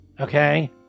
Okay